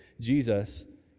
Jesus